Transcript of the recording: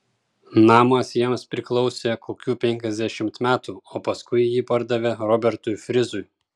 namas jiems priklausė kokių penkiasdešimt metų o paskui jį pardavė robertui frizui